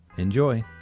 enjoy!